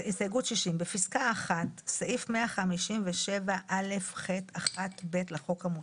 בפסקה 1 בסעיף 157א(ח) (1ב)(א)(2),